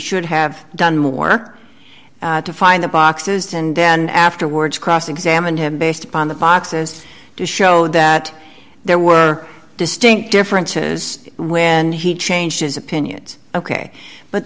should have done more to find the boxes and then afterwards cross examined him based upon the boxes to show that there were distinct differences when he changed his opinion ok but